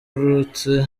uretse